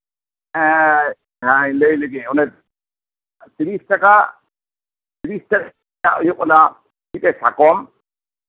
ᱮᱸᱜ ᱞᱟᱹᱭ ᱞᱮᱜᱤᱧ ᱚᱱᱮ ᱛᱤᱨᱤᱥ ᱴᱟᱠᱟ ᱛᱤᱨᱤᱥ ᱴᱟᱠᱟ ᱠᱷᱚᱡ ᱦᱩᱭᱩᱜ ᱠᱟᱱᱟ ᱢᱤᱫᱴᱮᱡ ᱥᱟᱠᱚᱢ